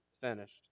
finished